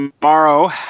tomorrow